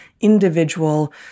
individual